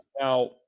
Now